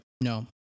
no